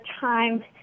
time